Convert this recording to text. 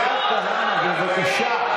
השר כהנא, בבקשה.